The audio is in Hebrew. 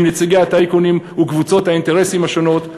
עם נציגי הטייקונים וקבוצות האינטרסים השונות,